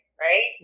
right